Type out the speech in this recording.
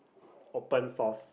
open source